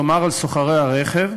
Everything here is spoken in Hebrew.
כלומר על סוחרי הרכב.